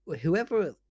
whoever